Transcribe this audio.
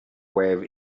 web